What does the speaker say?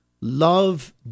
love